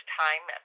time